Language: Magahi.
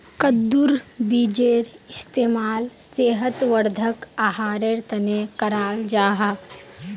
कद्दुर बीजेर इस्तेमाल सेहत वर्धक आहारेर तने कराल जाहा